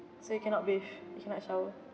so you cannot bathe you cannot shower